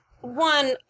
One